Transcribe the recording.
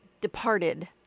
departed